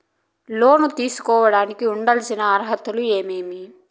లోను తీసుకోడానికి ఉండాల్సిన అర్హతలు ఏమేమి?